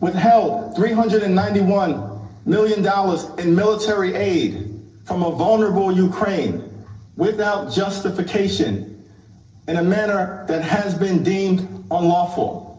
withheld three hundred and ninety one million dollars in military aid from um a vulnerable ukraine without justification in a manner that has been deemed unlawful.